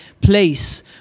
place